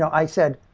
i said,